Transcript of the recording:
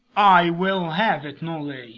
i will have it no lay.